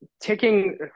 taking